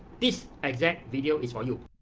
this exact video is for you.